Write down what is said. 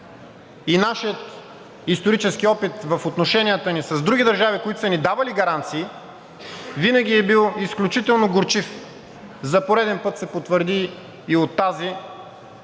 Нашият исторически опит в отношенията ни с други държави, които са ни давали гаранции, винаги е бил изключително горчив. За пореден път се потвърди и от тази,